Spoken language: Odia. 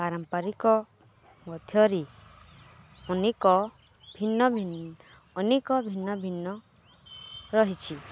ପାରମ୍ପାରିକ ମଧ୍ୟରେ ଅନେକ ଭିନ୍ନ ଭିନ୍ନ ଅନେକ ଭିନ୍ନ ଭିନ୍ନ ରହିଛି